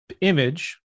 image